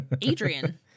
Adrian